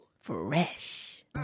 Fresh